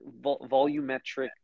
volumetric